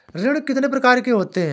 ऋण कितनी प्रकार के होते हैं?